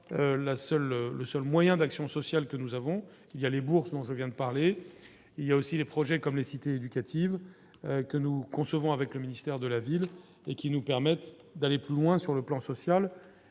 le seul moyen d'action sociale que nous avons, il y a les bourses dont je viens de parler il y a aussi les projets, comme les cités éducative que nous concevons avec le ministère de la ville et qui nous permettent d'aller plus loin sur le plan social